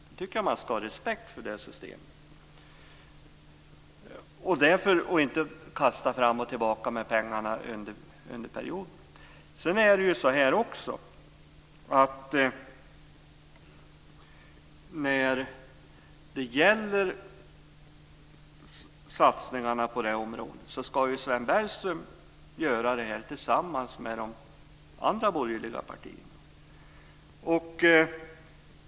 Jag tycker att man ska ha respekt för det systemet och inte kasta med pengarna fram och tillbaka under perioden. Satsningarna på det här området ska ju Sven Bergström göra tillsammans med de andra borgerliga partierna.